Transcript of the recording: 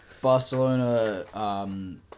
Barcelona